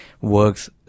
works